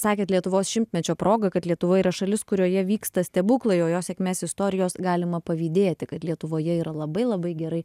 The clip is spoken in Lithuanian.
sakėt lietuvos šimtmečio proga kad lietuvoje yra šalis kurioje vyksta stebuklai o jos sėkmės istorijos galima pavydėti kad lietuvoje yra labai labai gerai